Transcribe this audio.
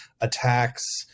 attacks